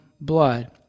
blood